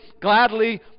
gladly